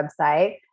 website